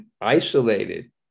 isolated